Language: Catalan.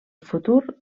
futur